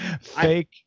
Fake